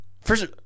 First